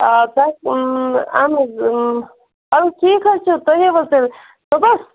آ تۄہہِ اہن حظ اَدٕ حظ ٹھیٖک حظ چھِ تُہۍ یِیِو حظ تیٚلہِ صُبحَس